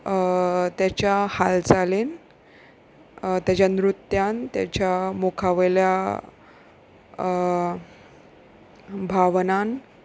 तेच्या हालचालीन तेच्या नृत्यान तेच्या मुखावयल्या भावनान